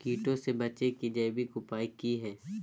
कीटों से बचे के जैविक उपाय की हैय?